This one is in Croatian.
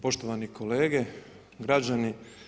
Poštovani kolege, građani.